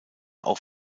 auch